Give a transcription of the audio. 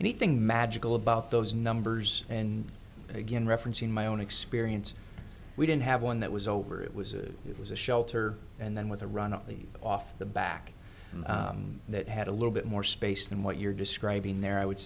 anything magical about those numbers and again referencing my own experience we didn't have one that was over it was a it was a shelter and then with a run off the back that had a little bit more space than what you're describing there i would